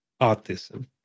autism